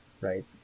right